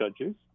judges